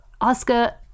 Oscar